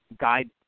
guide